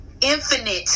infinite